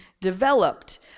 developed